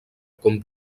com